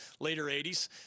later-'80s